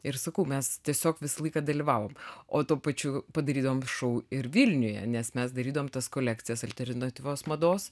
ir sakau mes tiesiog visą laiką dalyvavom o tuo pačiu padarydavom šou ir vilniuje nes mes darydavom tas kolekcijas alternatyvios mados